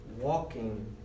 walking